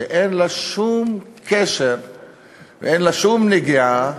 שאין לה שום קשר ואין לה שום נגיעה